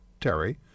Terry